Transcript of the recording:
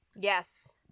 Yes